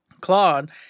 Claude